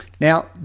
Now